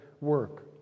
work